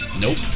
Nope